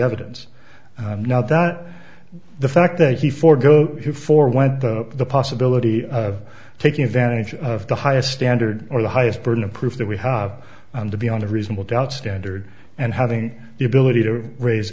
evidence not that the fact that he forego you for when the possibility of taking advantage of the highest standard or the highest burden of proof that we have on the beyond a reasonable doubt standard and having the ability to raise